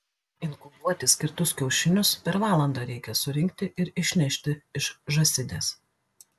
inkubuoti skirtus kiaušinius per valandą reikia surinkti ir išnešti iš žąsidės